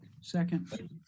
Second